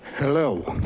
hello.